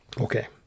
Okay